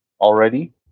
already